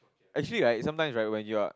actually right sometimes right when you are